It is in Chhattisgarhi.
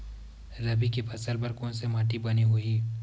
रबी के फसल बर कोन से माटी बने होही?